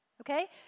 okay